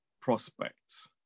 prospects